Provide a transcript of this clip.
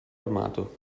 armato